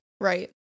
Right